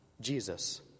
Jesus